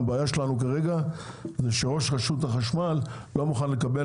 הבעיה שלנו כרגע היא שראש רשות החשמל לא מוכן לקבל